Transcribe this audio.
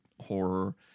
horror